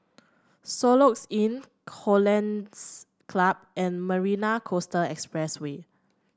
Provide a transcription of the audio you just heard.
Soluxe Inn Hollandse Club and Marina Coastal Expressway